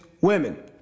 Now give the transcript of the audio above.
women